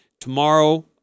Tomorrow